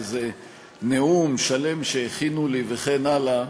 איזה נאום שלם שהכינו לי וכן הלאה,